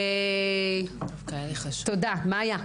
בבקשה, מאיה,